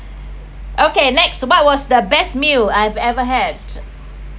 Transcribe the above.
okay next what was the best meal I ever had